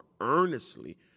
earnestly